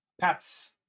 Pat's